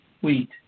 wheat